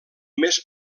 més